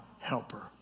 helper